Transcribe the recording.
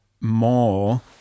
more